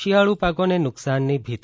શિયાળુ પાકોને નુકસાનની ભીતી